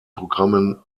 programmen